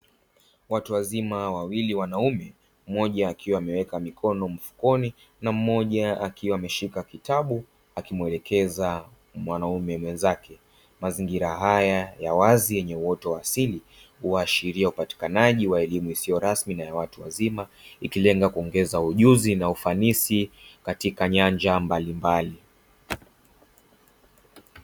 Watu wazima wawili wanaume, mmoja, akiwa ameweka mikono mfukoni na mmoja akiwa ameshika kitabu, akimwelekeza mwanaume mwenzake. Mazingira haya ya wazi yenye uwoto wa asili, huaashiria upatikanaji wa elimu isiyo rasmi na watu wazima, ikilenga kuongeza ujuzi na ufanisi katika nyanja mbalimbali.